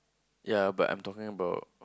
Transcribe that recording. ya but I'm talking about